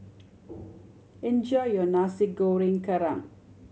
enjoy your Nasi Goreng Kerang